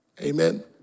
Amen